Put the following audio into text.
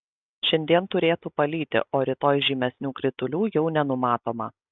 šiandien turėtų palyti o rytoj žymesnių kritulių jau nenumatoma